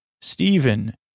Stephen